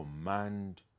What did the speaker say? command